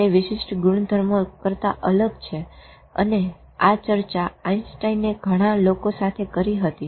તે વિશિષ્ટ ગુણધર્મો કરતા અલગ છે અને આ ચર્ચા આઇન્સ્ટાઇનએ ઘણા લોકો સાથે કરી હતી